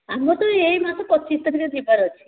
ଆମର ତ ଏଇ ମାସ ପଚିଶ ତାରିଖରେ ଯିବାର ଅଛି